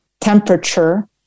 temperature